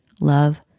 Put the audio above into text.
love